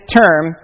term